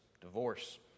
Divorce